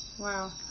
Wow